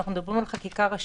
אנחנו מדברים על חקיקה ראשית.